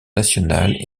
nationales